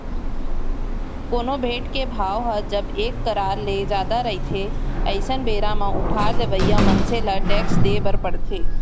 कोनो भेंट के भाव ह जब एक करार ले जादा रहिथे अइसन बेरा म उपहार देवइया मनसे ल टेक्स देय बर परथे